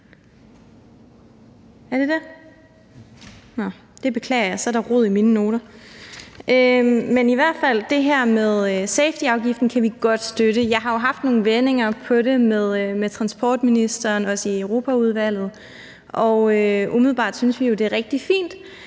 det beklager jeg, så er der rod i mine noter. Men vi kan i hvert fald godt støtte det her med safetyafgiften. Jeg har jo haft nogle vendinger af det med transportministeren, også i Europaudvalget, og umiddelbart synes vi jo, det er rigtig fint,